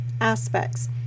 aspects